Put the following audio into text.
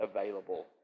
available